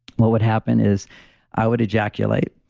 what would happen is i would ejaculate.